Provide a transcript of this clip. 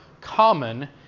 common